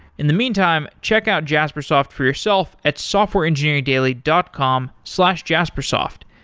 in the meantime, check out jaspersoft for yourself at softwareengineeringdaily dot com slash jaspersoft.